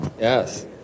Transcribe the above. Yes